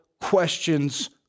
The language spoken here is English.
questions